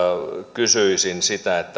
kysyisin sitä